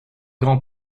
grand